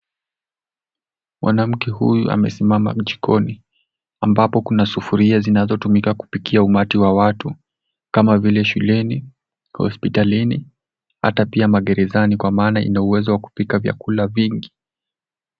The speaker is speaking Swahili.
Mwanamke huyu amesimama jikoni ambapo kuna sufuria zinaotumika kupikia umati wa watu kama vile shuleni, hospitalini hata pia magerezani kwa maana ina uwezo wa kupika vyakula vingi.